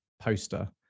poster